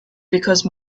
because